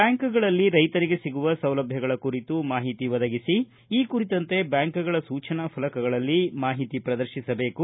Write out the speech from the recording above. ಬ್ಯಾಂಕುಗಳಲ್ಲಿ ರೈತರಿಗೆ ಸಿಗುವ ಸೌಲಭ್ಯಗಳ ಕುರಿತು ಮಾಹಿತಿ ಒದಗಿಸಿ ಈ ಕುರಿತಂತೆ ಬ್ಯಾಂಕುಗಳ ಸೂಚನಾ ಫಲಕಗಳಲ್ಲಿ ಈ ಮಾಹಿತಿ ಪ್ರದರ್ಶಿಸಬೇಕು